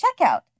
checkout